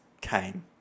came